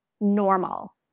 normal